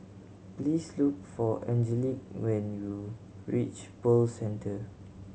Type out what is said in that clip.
please look for Angelic when you reach Pearl Centre